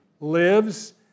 lives